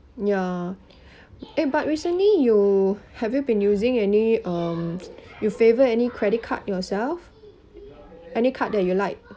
ya eh but recently you have you been using any um you favour any credit card yourself any card that you like